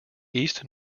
east